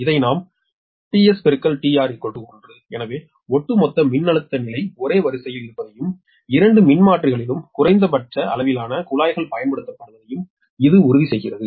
இதை நாம் 𝒕𝑺 𝒕𝑹 𝟏 எனவே ஒட்டுமொத்த மின்னழுத்த நிலை ஒரே வரிசையில் இருப்பதையும் இரண்டு மின்மாற்றிகளிலும் குறைந்தபட்ச அளவிலான குழாய்கள் பயன்படுத்தப்படுவதையும் இது உறுதி செய்கிறது